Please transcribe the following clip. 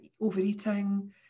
overeating